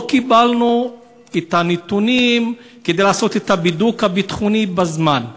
לא קיבלנו את הנתונים כדי לעשות את הבידוק הביטחוני בזמן.